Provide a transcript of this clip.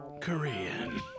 Korean